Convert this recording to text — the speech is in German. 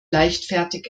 leichtfertig